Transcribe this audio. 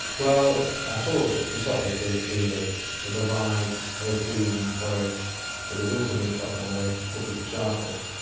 well, i saw that prosopis was a tree that could provide both food and forage but it was also being chopped down very quickly for charcoal.